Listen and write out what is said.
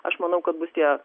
aš manau kad bus tie